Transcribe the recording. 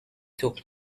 took